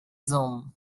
zoom